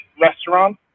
restaurant